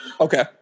Okay